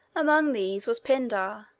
among these was pindar,